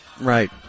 Right